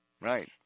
Right